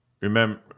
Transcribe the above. Remember